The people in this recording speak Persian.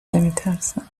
نمیترسم